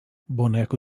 boneco